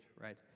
right